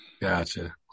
Gotcha